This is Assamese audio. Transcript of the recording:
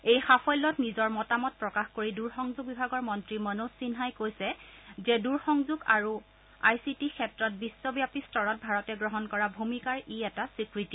এই সাফল্যত নিজৰ মতামত প্ৰকাশ কৰি দূৰসংযোগ বিভাগৰ মন্ত্ৰী মনোজ সিন্হাই কৈছে যে দূৰসংযোগ আৰু আই চি টি ক্ষেত্ৰত বিশ্বব্যাপী স্তৰত ভাৰতে গ্ৰহণ কৰা ভূমিকাৰ ই এটা স্বীকৃতি